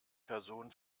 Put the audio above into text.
person